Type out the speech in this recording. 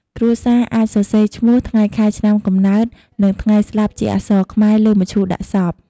គ្រួសារអាចសរសេរឈ្មោះ ថ្ងៃខែឆ្នាំកំណើត និងថ្ងៃស្លាប់ជាអក្សរខ្មែរលើមឈូសដាក់សព។